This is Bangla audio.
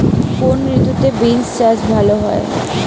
কোন ঋতুতে বিন্স চাষ ভালো হয়?